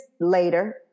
later